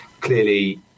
clearly